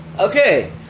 Okay